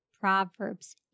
Proverbs